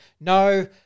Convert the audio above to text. no